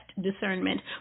discernment